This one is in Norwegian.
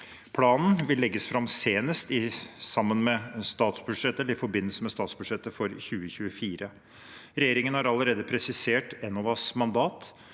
Planen vil legges fram senest i forbindelse med statsbudsjettet for 2024. Regjeringen har allerede presisert Enovas mandat,